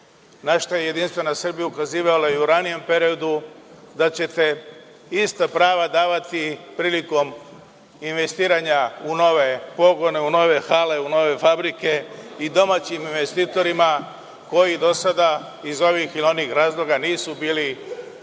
na šta je JS ukazivala još u ranijem periodu da ćete ista prava davati prilikom investiranja u nove pogone, nove hale, nove fabrike i domaćim investitorima koji do sada iz ovih ili onih razloga nisu bili potpuno